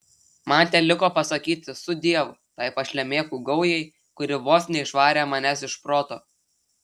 man teliko pasakyti sudiev tai pašlemėkų gaujai kuri vos neišvarė manęs iš proto